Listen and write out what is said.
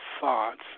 thoughts